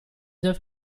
œuvres